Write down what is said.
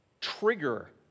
Trigger